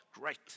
great